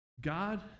God